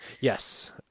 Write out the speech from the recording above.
Yes